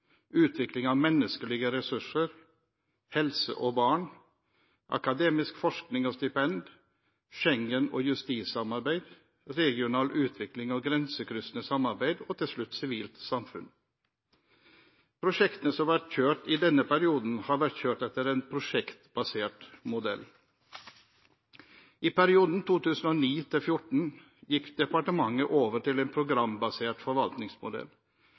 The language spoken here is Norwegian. utvikling av menneskelige ressurser, helse og barn, akademisk forskning og stipend, Schengen og justissamarbeid, regional utvikling og grensekryssende samarbeid og til slutt sivilt samfunn. Prosjektene som har vært kjørt i denne perioden, har vært kjørt etter en prosjektbasert modell. I perioden 2009–2014 gikk departementet over til en programbasert forvaltningsmodell,